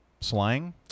slang